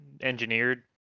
engineered